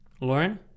Lauren